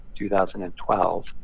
2012